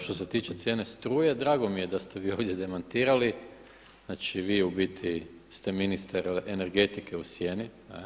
Što se tiče cijene struje drago mi je da ste vi ovdje demantirali, znači vi u biti ste ministar energetike u sjeni.